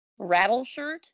Rattleshirt